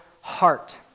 heart